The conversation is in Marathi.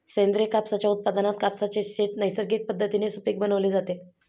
सेंद्रिय कापसाच्या उत्पादनात कापसाचे शेत नैसर्गिक पद्धतीने सुपीक बनवले जाते